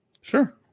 Sure